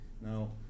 now